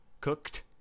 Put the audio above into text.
cooked